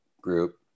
group